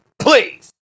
please